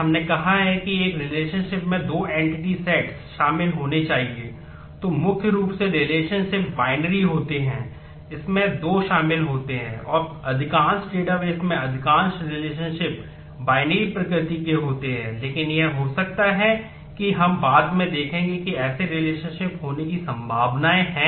अब एक रिलेशनशिप से अधिक और उच्चतर हैं